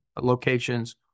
locations